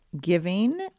giving